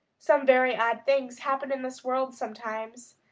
some very odd things happen in this world sometimes.